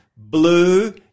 Blue